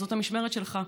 שזאת המשמרת שלך,